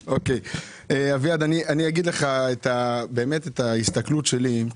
אביעד, אגיד לך באמת את ההסתכלות שלי.